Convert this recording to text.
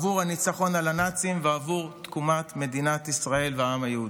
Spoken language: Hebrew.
עבור הניצחון על הנאצים ועבור תקומת מדינת ישראל והעם היהודי.